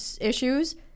issues